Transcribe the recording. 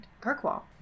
Kirkwall